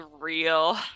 real